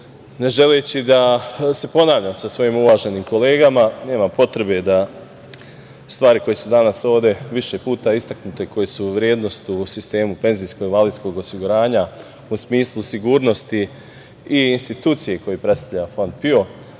ne želeći da se ponavljam sa svojim uvaženim kolegama. Nemam potrebe da stvari koje su danas ovde više puta istaknute koje su vrednost u sistemu PIO u smislu sigurnosti i institucije koju predstavlja Fond PIO,